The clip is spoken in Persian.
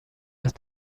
است